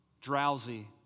drowsy